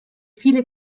viele